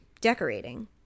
decorating